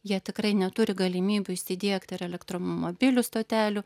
jie tikrai neturi galimybių įsidiegti ir elektromobilių stotelių